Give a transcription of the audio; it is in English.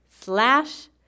slash